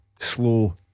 slow